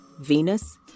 Venus